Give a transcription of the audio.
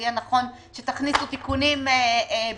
יהיה נכון שתכניסו תיקונים בדיעבד,